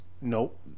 Nope